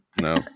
no